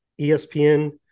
ESPN